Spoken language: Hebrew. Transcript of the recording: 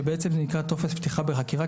שבעצם זה נקרא טופס פתיחה בחקירה,